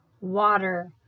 water